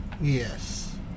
Yes